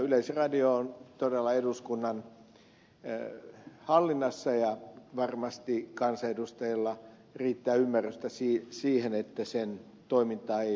yleisradio on todella eduskunnan hallinnassa ja varmasti kansanedustajilla riittää ymmärtämystä siihen että sen toimintaa ei vaaranneta